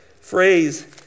phrase